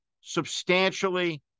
substantially